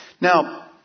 Now